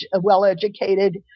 well-educated